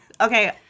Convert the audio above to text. Okay